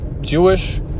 Jewish